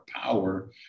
power